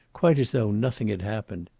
quite as though nothing had happened.